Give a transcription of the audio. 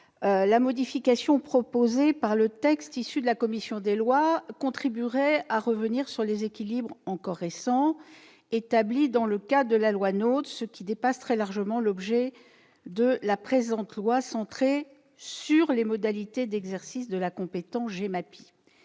La modification proposée dans le texte issu des travaux de la commission des lois du Sénat contribuerait à revenir sur les équilibres, encore récents, établis dans le cadre de la loi NOTRe, ce qui dépasse très largement l'objet de la présente proposition de loi, centrée sur les modalités d'exercice de la compétence GEMAPI.